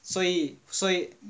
所以所以